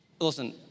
Listen